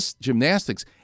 gymnastics